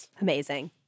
Amazing